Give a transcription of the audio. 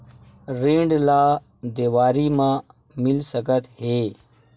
ऋण ला देवारी मा मिल सकत हे